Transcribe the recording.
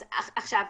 אז עכשיו,